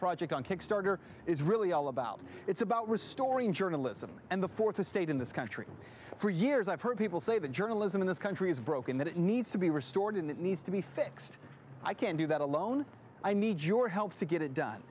project on kickstarter is really all about it's about restoring journalism and the fourth estate in this country for years i've heard people say the journalism in this country is broken that it needs to be restored and it needs to be fixed i can't do that alone i need your help to get it done